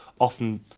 often